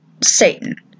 Satan